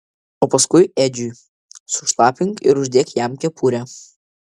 o paskui edžiui sušlapink ir uždėk jam kepurę